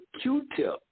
Q-Tip